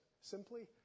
Simply